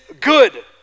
good